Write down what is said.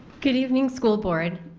good evening school board,